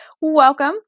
welcome